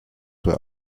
where